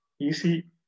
easy